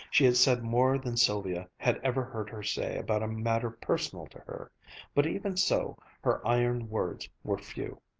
she had said more than sylvia had ever heard her say about a matter personal to her but even so, her iron words were few.